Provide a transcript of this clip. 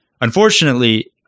unfortunately